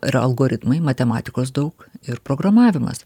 yra algoritmai matematikos daug ir programavimas